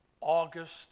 August